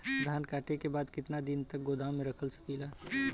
धान कांटेके बाद कितना दिन तक गोदाम में रख सकीला?